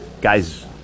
Guys